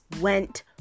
went